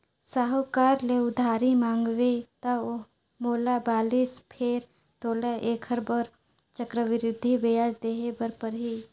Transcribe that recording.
साहूकार ले उधारी मांगेंव त मोला बालिस फेर तोला ऐखर बर चक्रबृद्धि बियाज देहे बर परही